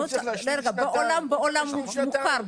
בעולם הוא מוכר.